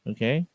Okay